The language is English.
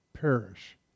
perish